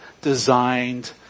designed